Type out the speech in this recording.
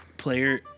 Player